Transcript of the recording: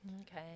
Okay